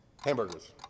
Hamburgers